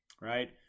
right